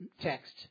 text